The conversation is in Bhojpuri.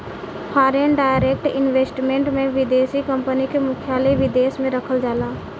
फॉरेन डायरेक्ट इन्वेस्टमेंट में विदेशी कंपनी के मुख्यालय विदेश में रखल जाला